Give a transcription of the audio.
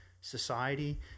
society